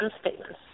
statements